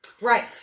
Right